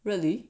really